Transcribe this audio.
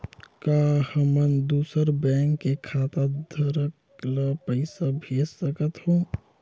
का हमन दूसर बैंक के खाताधरक ल पइसा भेज सकथ हों?